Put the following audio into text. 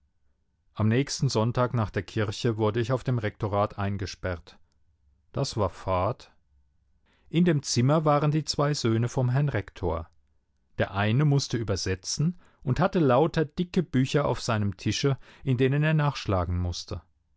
am nächsten sonntag nach der kirche wurde ich auf dem rektorat eingesperrt das war fad in dem zimmer waren die zwei söhne vom herrn rektor der eine mußte übersetzen und hatte lauter dicke bücher auf seinem tische in denen er nachschlagen mußte